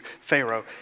Pharaoh